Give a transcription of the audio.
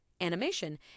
animation